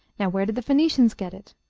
now where did the phoenicians get it?